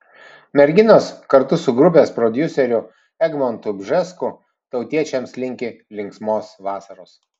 merginos kartu su grupės prodiuseriu egmontu bžesku tautiečiams linki linksmos vasaros